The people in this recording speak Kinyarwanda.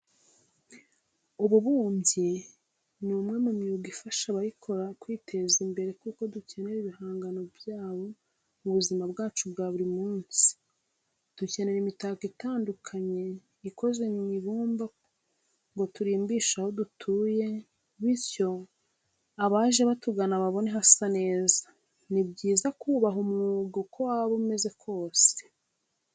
Ububumbyi ni umwe mu myuga ifasha abayikora kwiteza imbere kuko dukenera ibihangano byabo mu buzima bwacu bwa buri munsi. Dukenera imitako itandukanye ikoze mu ibumba ngo turimbishe aho dutuye bityo abaje batugana babone hasa neza. Ni byiza kubaha umwuga uko waba umeze kose.